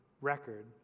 record